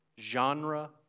genre